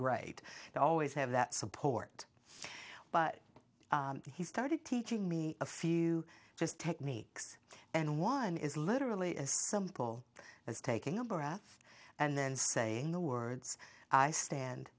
great to always have that support but he started teaching me a few just techniques and one is literally as simple as taking a breath and then saying the words i stand